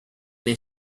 than